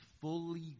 fully